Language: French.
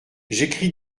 j’écris